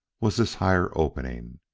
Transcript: was this higher opening,